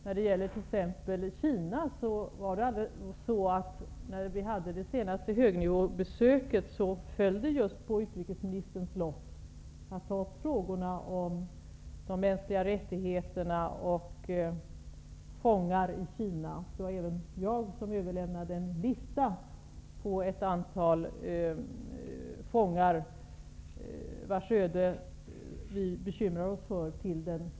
När det t.ex. gäller Kina föll det på utrikesministerns lott att vid det senaste högnivåbesöket ta upp frågorna om de mänskliga rättigheterna och fångar i Kina. Till den kinesiske ministern överlämnade jag då en lista med namn på ett antal fångar vars öde vi bekymrar oss för.